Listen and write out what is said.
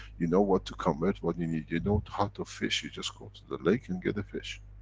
you know what to convert, what you need. you don't have to fish, you just go to the lake and get a fish.